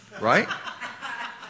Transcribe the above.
right